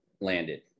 landed